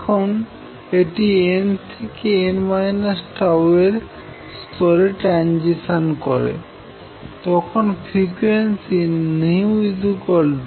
যখন এটি n থেকে n τস্তরে ট্রানজিশন করে তখন ফ্রিকোয়েন্সি classicalহয়